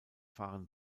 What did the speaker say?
fahren